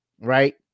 right